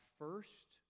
first